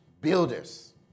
builders